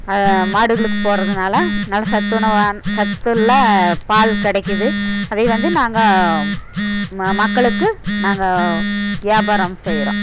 மாடுகளுக்கு போடுறதுனால் நல்ல சத்துணவாக சத்துள்ள பால் கிடைக்குது அதை வந்து நாங்கள் ம மக்களுக்கு நாங்கள் வியாபாரம் செய்கிறோம்